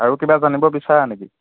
আৰু কিবা জানিব বিচাৰা নেকি